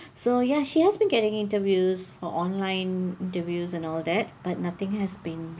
so ya she has been getting interviews or online interviews and all that but nothing has been